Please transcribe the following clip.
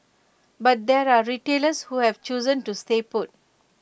but there are retailers who have chosen to stay put